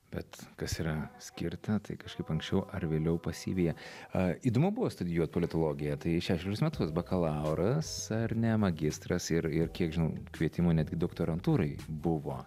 bet kas yra skirta tai kažkaip anksčiau ar vėliau pasivija a įdomu buvo studijuot politologiją tai šešerius metus bakalauras ar ne magistras ir ir kiek žinau kvietimų netgi doktorantūrai buvo